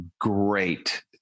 great